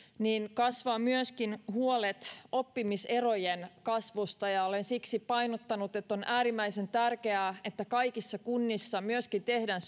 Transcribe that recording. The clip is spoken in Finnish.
kasvavat myöskin huolet oppimiserojen kasvusta ja ja olen siksi painottanut että on äärimmäisen tärkeää että kaikissa kunnissa tehdään